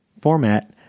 format